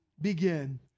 Begin